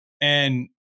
And-